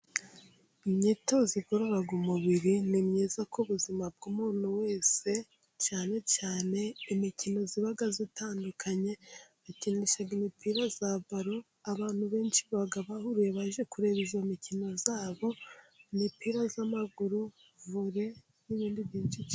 Imyitozo ngororamubiri ni myiza kubuzima bw'umuntu wese, cyane cyane imikino iba itandukanye, bakinisha imipira yabalo, abantu benshi baba bahuye, baje kureba iyomikino yabo, imipira y'amaguru, vole n'ibindi byinshi cyane.